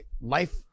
life